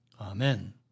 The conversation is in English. Amen